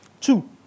Two